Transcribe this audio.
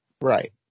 Right